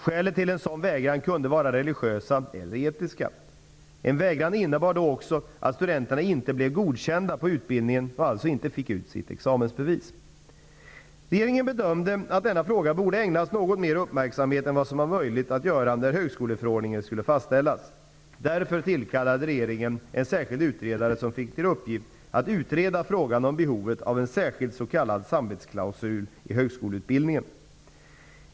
Skälen till en sådan vägran kunde vara religiösa eller etiska. En vägran innebar då också att studenterna inte blev godkända på utbildningen och alltså inte fick ut sitt examensbevis. Regeringen bedömde att denna fråga borde ägnas något mer uppmärksamhet än vad som var möjligt att göra när högskoleförordningen skulle fastställas. Därför tillkallade regeringen en särskild utredare som fick till uppgift att utreda frågan om behovet av en särskild s.k. samvetsklausul i högskoleutbildningen.